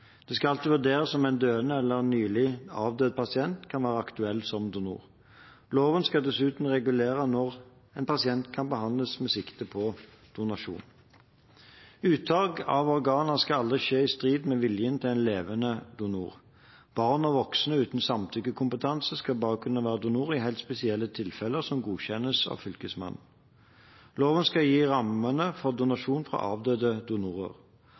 Det skal alltid vurderes om en døende eller nylig avdød pasient kan være aktuell som donor. Loven skal dessuten regulere når en pasient kan behandles med sikte på donasjon. Uttak av organer skal aldri skje i strid med viljen til en levende donor. Barn og voksne uten samtykkekompetanse skal bare kunne være donorer i helt spesielle tilfeller som godkjennes av Fylkesmannen. Loven skal gi rammene for donasjon fra avdøde donorer.